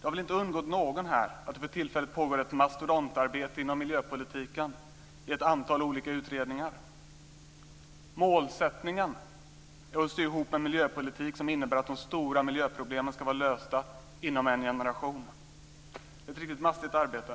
Det har väl inte undgått någon här att det för tillfället pågår ett mastodontarbete inom miljöpolitiken. Ett antal olika utredningar pågår. Målsättningen är att sy ihop en miljöpolitik som innebär att de stora miljöproblemen ska vara lösta inom en generation. Det är ett riktigt mastigt arbete.